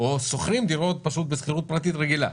או שהם שוכרים בשכירות פרטית רגילה.